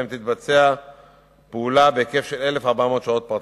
שבהם תתבצע הפעולה בהיקף של 1,400 שעות פרטניות.